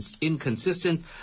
inconsistent